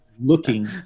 looking